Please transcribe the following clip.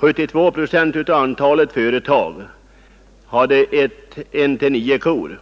72 procent av antalet företag hade år 1970 1—9 kor.